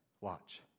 Watch